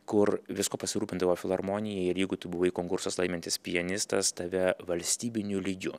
kur viskuo pasirūpindavo filharmonija ir jeigu tu buvai konkursus laimintis pianistas tave valstybiniu lygiu